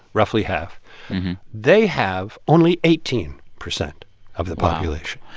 roughly half they have only eighteen percent of the population